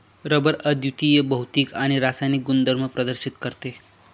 rubber अद्वितीय भौतिक आणि रासायनिक गुणधर्म प्रदर्शित करते